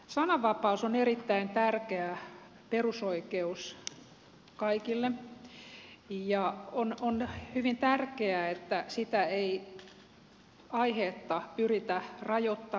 sananvapaus on erittäin tärkeä perusoikeus kaikille ja on hyvin tärkeää että sitä ei aiheetta pyritä rajoittamaan